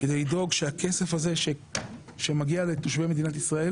כדי לדאוג שהכסף הזה שמגיע לתושבי מדינת ישראל